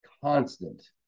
constant